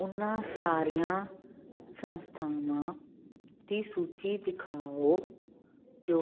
ਉਹਨਾਂ ਸਾਰੀਆਂ ਸੰਸਥਾਵਾਂ ਦੀ ਸੂਚੀ ਦਿਖਾਓ ਜੋ